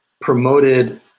promoted